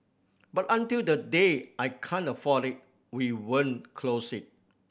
but until the day I can't afford it we won't close it